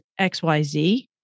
XYZ